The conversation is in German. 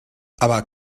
aber